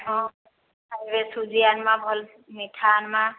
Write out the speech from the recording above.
ହଁ ଖାଇବେ ସୁଜି ଆନମା ଭଲ ମିଠା ଆନମା